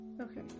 Okay